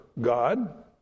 God